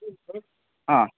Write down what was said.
ಹಾಂ